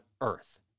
earth